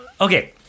okay